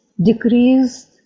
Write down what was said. decreased